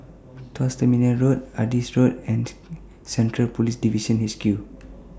Tuas Terminal Road Adis Road and Central Police Division H Q